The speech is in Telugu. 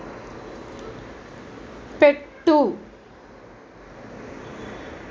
పెట్టు